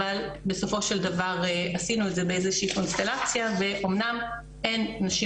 אבל בסופו של דבר עשינו את זה באיזה קונסטלציה ואמנם אין נשים